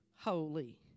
holy